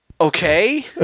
Okay